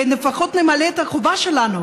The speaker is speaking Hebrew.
ולפחות נמלא את החובה שלנו,